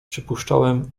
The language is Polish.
przypuszczałem